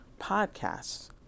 podcasts